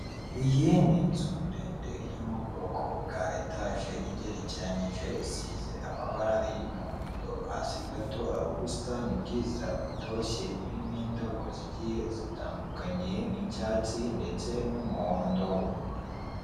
Iyi ni inzu ndende yo mu bwoko bwa etaje igerekeranije, isize amabara y'umuhondo hasi gato ari ubusitani bwiza butoshye burimo indabo zigiye zitanduiye nk'icyatsi ndetse n'umuhondo.